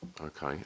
Okay